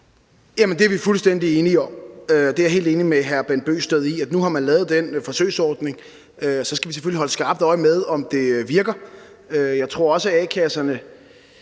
det er vi fuldstændig enige om. Jeg er helt enig med hr. Bent Bøgsted i, at nu, hvor man har lavet den forsøgsordning, skal vi selvfølgelig holde skarpt øje med, om det virker. Jeg tror også, a-kasserne